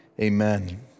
amen